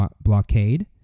blockade